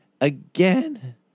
again